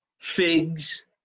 figs